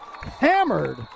hammered